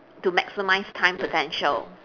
to maximise time potential